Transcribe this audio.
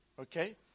Okay